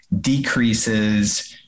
decreases